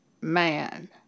man